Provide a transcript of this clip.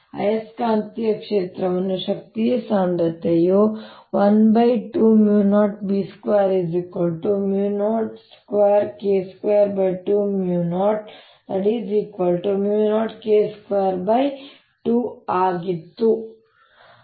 ಆಯಸ್ಕಾಂತೀಯ ಕ್ಷೇತ್ರದಲ್ಲಿ ಶಕ್ತಿಯ ಸಾಂದ್ರತೆಯು 120B202K2200K22 ಆಗಿರುತ್ತದೆ